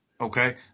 Okay